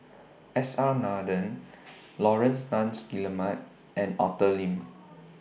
S R Nathan Laurence Nunns Guillemard and Arthur Lim